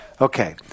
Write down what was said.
Okay